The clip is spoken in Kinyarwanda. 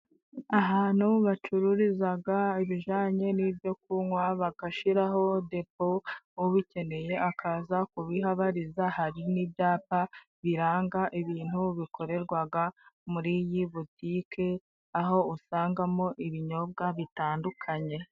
Ahantu bacururizaga ibijanye n'ibyo kunywa bagashiraho depo, ubikeneye akaza kubihabariza, hari n'ibyapa biranga ibintu bikorerwaga muri iyi butike, aho usangamo ibinyobwa bitandukanye.